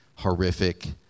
horrific